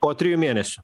po trijų mėnesių